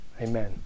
Amen